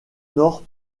nord